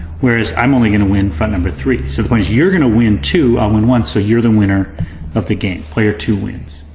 whereas i'm only gonna win front number three. so the point is you're gonna win two, i'll win one so you're the winner of the game. player two wins.